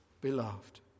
beloved